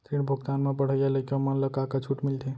ऋण भुगतान म पढ़इया लइका मन ला का का छूट मिलथे?